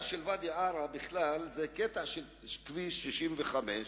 ואדי-עארה, לאורכו עובר כביש 65,